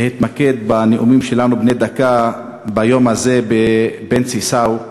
להתמקד בנאומים בני הדקה שלנו ביום הזה בבנצי סאו,